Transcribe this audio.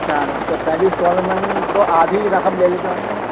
چار تو پہلی اسٹالمنٹ تو آدھی رقم دے دیتے ہوں گے